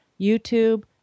YouTube